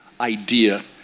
idea